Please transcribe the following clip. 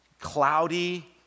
cloudy